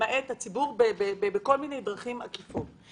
למעט הציבור בכל מיני דרכים עקיפות.